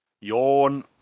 Yawn